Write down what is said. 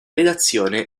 redazione